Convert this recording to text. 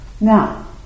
Now